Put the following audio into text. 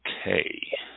Okay